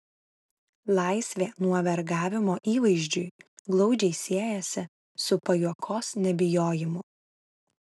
laisvė nuo vergavimo įvaizdžiui glaudžiai siejasi su pajuokos nebijojimu